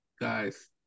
guys